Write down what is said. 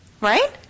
Right